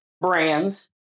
brands